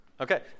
Okay